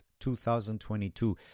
2022